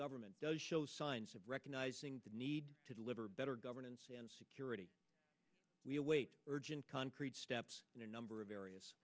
government does show signs of recognizing the need to deliver better governance and security we await urgent concrete steps in a number of areas